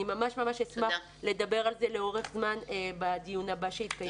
אני ממש אשמח לדבר על הנושא בפירוט בדיון הבא שיתקיים.